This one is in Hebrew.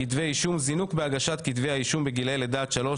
זינוק בהגשת כתבי אישום בגילאי לידה עד שלוש.